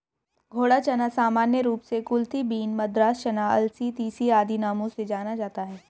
घोड़ा चना सामान्य रूप से कुलथी बीन, मद्रास चना, अलसी, तीसी आदि नामों से जाना जाता है